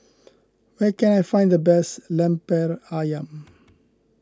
where can I find the best Lemper Ayam